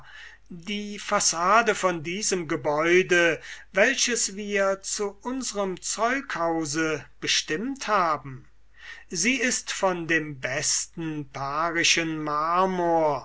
die fassade von diesem gebäude welches wir zu unserm zeughause bestimmet haben sie ist von dem besten parischen marmor